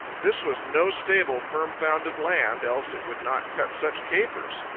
this was no stable, firm-founded land, else it would not cut such capers.